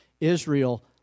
Israel